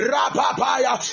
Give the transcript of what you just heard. Rapapaya